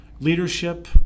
leadership